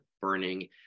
burning